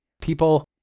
people